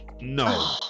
No